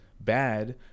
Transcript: bad